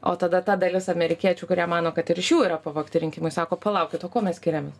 o tada ta dalis amerikiečių kurie mano kad ir iš jų yra pavogti rinkimai sako palaukit o kuo mes skiriamės